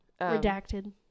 Redacted